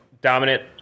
dominant